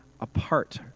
apart